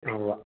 ആ ഉവ്വ്